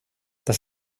das